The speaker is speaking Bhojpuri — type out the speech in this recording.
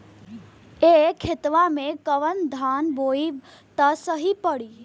ए खेतवा मे कवन धान बोइब त सही पड़ी?